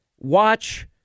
watch